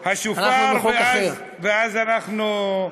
ויש לנו השופר ואז אנחנו,